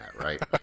right